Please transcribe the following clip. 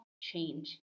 change